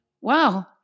wow